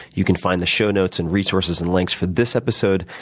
you can find the show notes and resources and links for this episode,